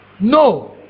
No